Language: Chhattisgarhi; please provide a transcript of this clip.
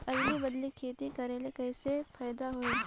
अदली बदली खेती करेले कौन फायदा होयल?